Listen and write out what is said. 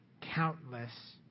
countless